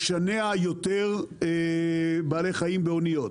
לשנע יותר בעלי-חיים באוניות.